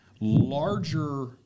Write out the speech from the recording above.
larger